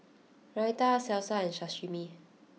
Raita Salsa and Sashimi